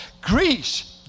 Greece